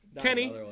Kenny